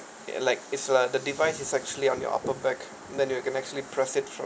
ya like is a the device is actually on your upper back and then you can actually press it from